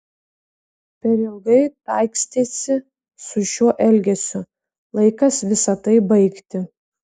per ilgai taikstėsi su šiuo elgesiu laikas visa tai baigti